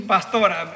Pastora